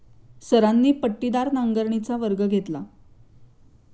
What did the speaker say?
सरांनी पट्टीदार नांगरणीचा वर्ग घेतला